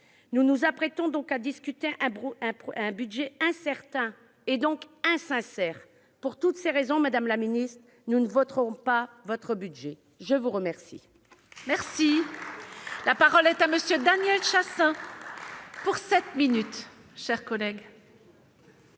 Nous nous apprêtons donc à discuter un budget incertain et donc insincère ! Pour toutes ces raisons, madame la ministre, nous ne voterons pas votre budget ! La parole